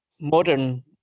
modern